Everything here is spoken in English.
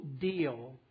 deal